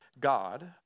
God